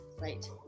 right